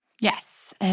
Yes